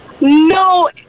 No